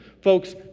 Folks